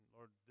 Lord